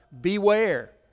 Beware